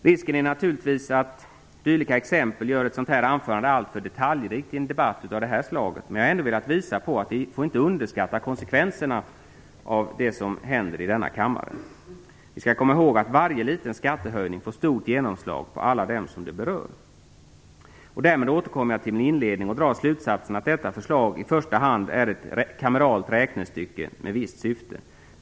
Risken är naturligtvis att dylika exempel gör ett sådant här anförande alltför detaljrikt i en debatt av detta slag. Men jag har ändå velat visa att vi inte får underskatta konsekvenserna av det som händer i denna kammare. Vi skall komma ihåg att varje liten skattehöjning får stort genomslag på alla dem som det berör. Därmed återkommer jag till min inledning och drar slutsatsen att detta förslag i första hand är ett kameralt räknestycke med visst syfte.